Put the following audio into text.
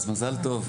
אז מזל טוב.